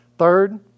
Third